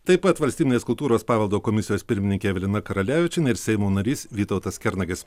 taip pat valstybinės kultūros paveldo komisijos pirmininkė evelina karalevičienė ir seimo narys vytautas kernagis